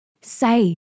say